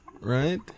right